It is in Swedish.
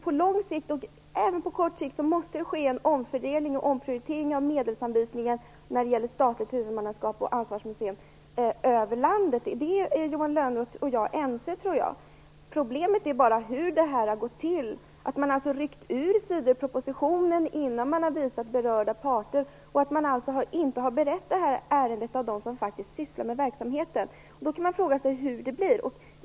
På lång och även på kort sikt måste det göras en omfördelning eller omprioritering av medelsanvisningar, statligt huvudmannaskap och ansvarsmuseer över landet. Jag tror att Johan Lönnroth och jag är ense om det. Problemet är bara hur det här har gått till. Man har ryckt ut sidor ur propositionen innan man har hört berörda parter. Det är alltså inte de som faktiskt sysslar med verksamheten som har berett ärendet. Man kan fråga sig hur det då blir.